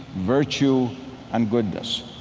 virtue and goodness.